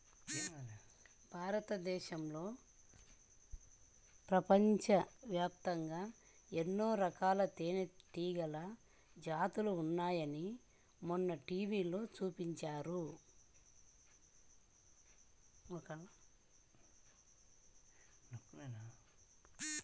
భారతదేశంలో, ప్రపంచవ్యాప్తంగా ఎన్నో రకాల తేనెటీగల జాతులు ఉన్నాయని మొన్న టీవీలో చూపించారు